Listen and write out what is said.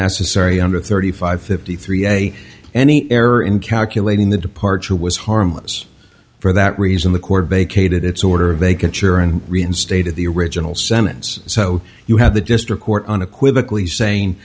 necessary under thirty five fifty three a any error in calculating the departure was harmless for that reason the court vacated its order vacant chair and reinstated the original sentence so you have the district court on equivocally saying